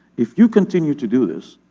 if you continue to do this,